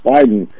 Biden